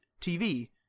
TV